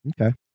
Okay